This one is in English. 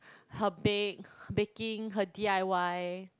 her bake baking her d_i_y